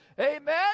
amen